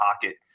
pocket